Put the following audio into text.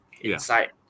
inside